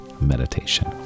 meditation